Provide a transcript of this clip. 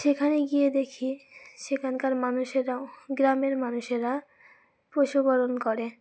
সেখানে গিয়ে দেখি সেখানকার মানুষেরাও গ্রামের মানুষেরা পশুপালণ করে